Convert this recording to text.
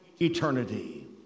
eternity